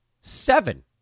Seven